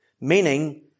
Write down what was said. meaning